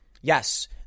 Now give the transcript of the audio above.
Yes